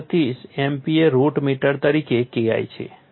330 MPa root metre તરીકે KI છે